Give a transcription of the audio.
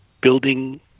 building